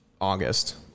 August